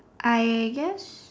I guess